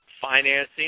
financing